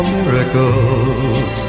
miracles